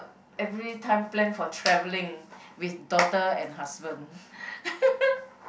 everytime plan for travelling with daughter and husband